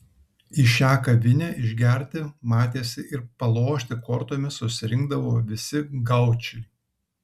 į šią kavinę išgerti matėsi ir palošti kortomis susirinkdavo visi gaučai